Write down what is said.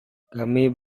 kami